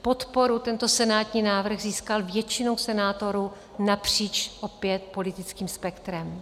Podporu tento senátní návrh získal většinou senátorů, opět napříč politickým spektrem.